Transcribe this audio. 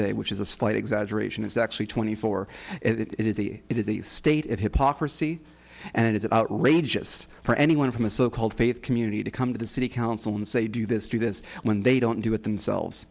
day which is a slight exaggeration is actually twenty four it is a it is a state of hypocrisy and it is outrageous for anyone from a so called faith community to come to the city council and say do this do this when they don't do it themselves